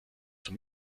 zur